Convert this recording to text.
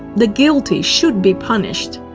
the guilty should be punished.